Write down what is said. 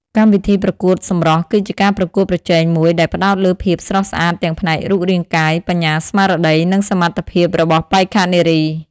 កម្មវិធីប្រកួតសម្រស់គឺជាការប្រកួតប្រជែងមួយដែលផ្តោតលើភាពស្រស់ស្អាតទាំងផ្នែករូបរាងកាយ បញ្ញាស្មារតី និងសមត្ថភាពរបស់បេក្ខនារី។